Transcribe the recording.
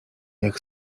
jak